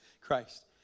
Christ